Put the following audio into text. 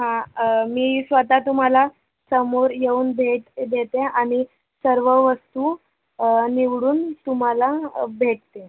हां मी स्वतः तुम्हाला समोर येऊन भेट देते आणि सर्व वस्तू निवडून तुम्हाला भेटते